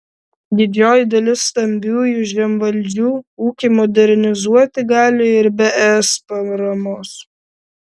didžioji dalis stambiųjų žemvaldžių ūkį modernizuoti gali ir be es paramos